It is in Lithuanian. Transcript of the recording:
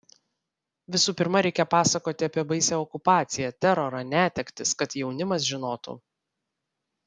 visų pirma reikia pasakoti apie baisią okupaciją terorą netektis kad jaunimas žinotų